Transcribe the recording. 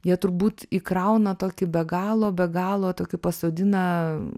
jie turbūt įkrauna tokį be galo be galo tokį pasodina